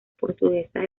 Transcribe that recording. portuguesas